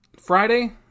Friday